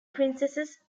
princesses